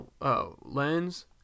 lens